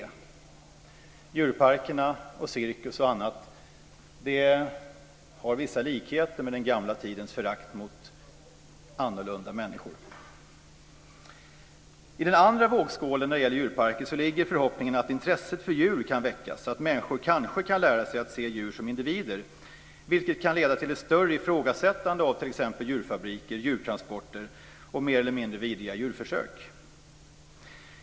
Förhållandena i djurparker, på cirkus osv. har vissa likheter med den gamla tidens förakt för annorlunda människor. I den andra vågskålen när det gäller djurparker ligger förhoppningen att intresset för djur kan väckas så att människor kanske kan lära sig att se djur som individer, vilket kan leda till ett större ifrågasättande av t.ex. djurfabriker, djurtransporter och mer eller mindre vidriga djurförsök.